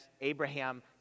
Abraham